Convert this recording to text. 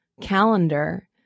calendar